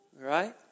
Right